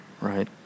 Right